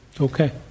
Okay